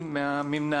ובי"ת,